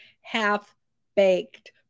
half-baked